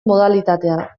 modalitatea